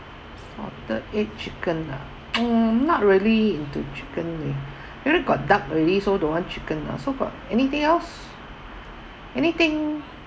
salted egg chicken ah mm not really into chicken eh we already got duck already so don't want chicken lah so got anything else anything